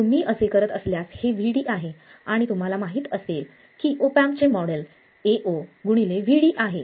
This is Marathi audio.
तुम्ही असे करत असल्यास हे Vd आहे आणि तुम्हाला माहित असेल की ऑप एम्प चे मॉडेल AoVd आहे